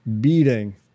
beating